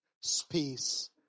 space